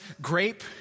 grape